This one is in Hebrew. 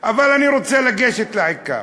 אבל אני רוצה לגשת לעיקר.